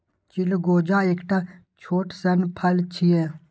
चिलगोजा एकटा छोट सन फल छियै